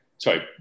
sorry